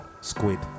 Squid